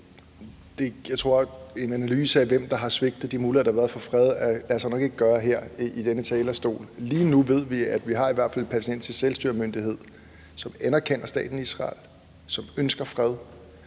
Jeg tror, at en analyse af dem, der har svigtet de muligheder, der har været for fred, lader sig nok ikke gøre her fra den her talerstol. Lige nu ved vi, at vi i hvert fald har en palæstinensisk selvstyremyndighed, som anerkender staten Israel, som ønsker fred,